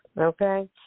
okay